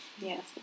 Yes